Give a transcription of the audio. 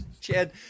Chad